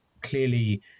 clearly